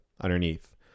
underneath